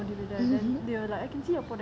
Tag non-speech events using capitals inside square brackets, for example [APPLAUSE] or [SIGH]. [LAUGHS]